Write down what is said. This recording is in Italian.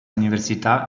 università